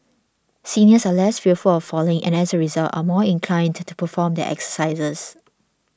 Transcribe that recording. seniors are less fearful of falling and as a result are more inclined to perform their exercises